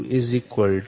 995 9